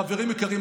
חברים יקרים,